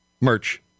merch